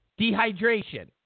Dehydration